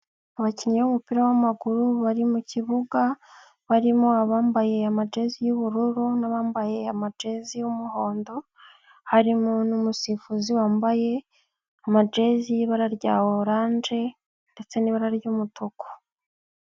Abakinnyi b'umupira w'amaguru bari mu kibuga, barimo abambaye amajezi y'ubururu, n'abambaye amajezi y'umuhondo, harimo n'umusifuzi wambaye amajezi y'ibara rya oranje, ndetse n'ibara ry'umutuku.